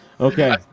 Okay